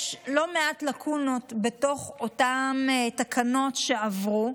יש לא מעט לקונות בתוך אותן תקנות שעברו.